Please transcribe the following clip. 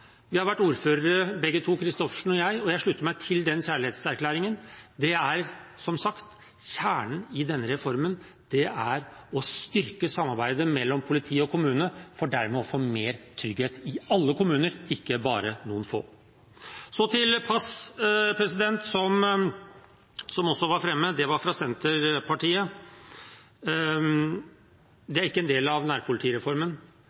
Vi har vært ordførere, begge to – Christoffersen og jeg – og jeg slutter meg til den kjærlighetserklæringen. Som sagt: Kjernen i denne reformen er å styrke samarbeidet mellom politi og kommune for dermed å få mer trygghet i alle kommuner – ikke bare i noen få. Så til pass, som også var fremme, fra Senterpartiet: